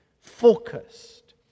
focused